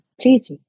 please